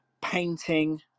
painting